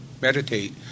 meditate